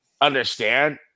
understand